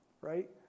right